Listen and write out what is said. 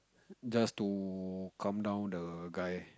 just to calm down the guy